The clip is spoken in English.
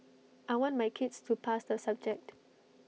I want my kids to pass the subject